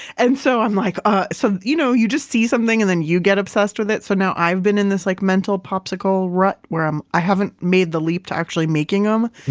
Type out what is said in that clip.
and so like ah so you know you just see something and then you get obsessed with it, so now i've been in this like mental popsicle rut where um i haven't made the leap to actually making them,